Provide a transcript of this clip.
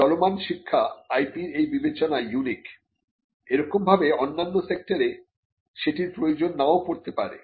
চলমান শিক্ষা IP র এই বিবেচনায় ইউনিক এরকমভাবে অন্যান্য সেক্টরে সেটির প্রয়োজন নাও পড়তে পারে